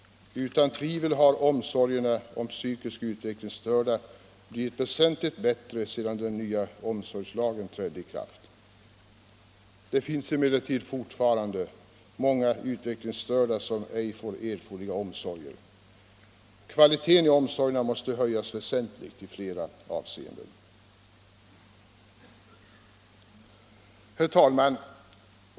Utan tvivel har omsorgerna om psykiskt utvecklingsstörda blivit väsentligt bättre sedan den nya omsorgslagen trädde i kraft. Det finns emellertid fortfarande många utvecklingsstörda som inte får erforderliga omsorger. Kvaliteten i omsorgerna måste höjas väsentligt i flera avseenden. Herr talman!